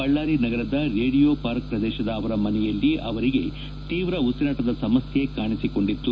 ಬಳ್ಳಾರಿ ನಗರದ ರೇಡಿಯೋಪಾರ್ಕ್ ಪ್ರದೇಶದ ಅವರ ಮನೆಯಲ್ಲಿ ಅವರಿಗೆ ತೀವ್ರ ಉಸಿರಾಟದ ಸಮಸ್ಯೆ ಕಾಣಿಸಿಕೊಂಡಿತ್ತು